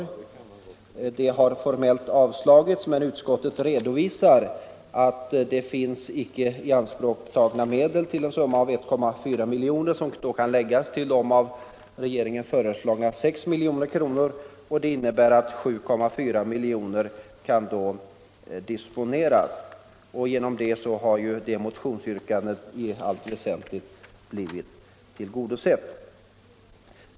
Det yrkandet har formellt avslagits, men utskottet redovisar att det finns icke ianspråktagna medel, uppgående till 1,4 milj.kr., som kan läggas till de av regeringen föreslagna 6 miljonerna. Det innebär att 7,4 milj.kr. kan disponeras. Härigenom har vårt motionsyrkande i allt väsentligt blivit tillgodosett.